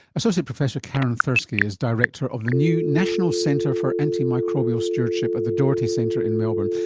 associate professor karin thursky is director of the new national centre for antimicrobial stewardship at the doherty centre in melbourne,